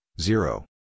zero